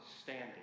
standing